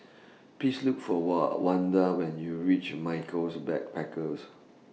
Please Look For Wanda when YOU REACH Michaels Backpackers